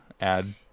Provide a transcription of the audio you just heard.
add